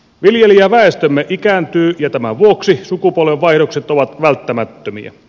viljelijäväestömme ikääntyy ja tämän vuoksi sukupolvenvaihdokset ovat välttämättömiä